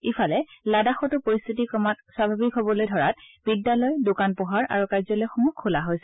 ইফালে লাডাখতো পৰিস্থিতি ক্ৰমাৎ স্বাভাৱিক হ'বলৈ ধৰাত বিদ্যালয় দোকান পোহাৰ আৰু কাৰ্যালয়সমূহ খোলা হৈছে